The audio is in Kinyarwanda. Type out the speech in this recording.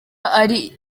ari